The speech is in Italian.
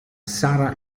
sarah